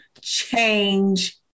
change